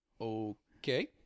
okay